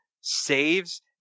saves